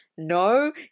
No